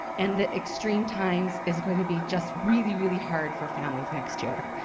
and the extreme times is going to be just really really hard for families next year.